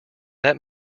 that